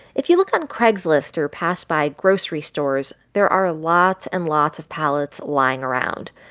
if you look on craigslist or pass by grocery stores, there are lots and lots of pallets lying around.